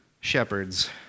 shepherds